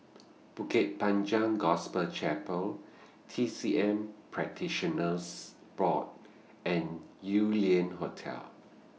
Bukit Panjang Gospel Chapel T C M Practitioners Board and Yew Lian Hotel